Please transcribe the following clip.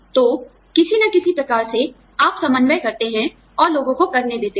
तो किसी ना किसी प्रकार से आप समन्वय करते हैं और लोगों को करने देते हैं